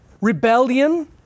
rebellion